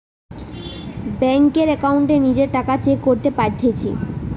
বেংকের একাউন্টে নিজের টাকা চেক করতে পারতেছি